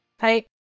Hi